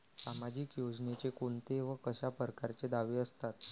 सामाजिक योजनेचे कोंते व कशा परकारचे दावे असतात?